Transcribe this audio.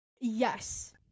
yes